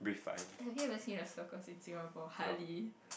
have you ever seen a circus in Singapore hardly